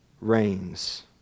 reigns